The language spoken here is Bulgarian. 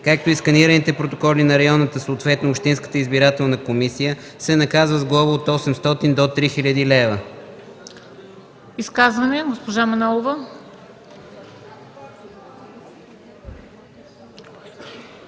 както и сканираните протоколи на районната, съответно общинската избирателна комисия, се наказва с глоба от 800 до 3000 лв.”.”